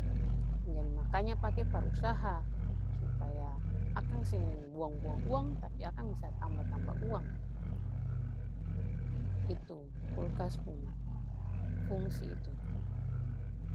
Jadi makanya pake par usaha, supaya akang seng buang-buang uang tapi akang bisa tamba-tamba uang. Itu kulkas pung fungsi itu.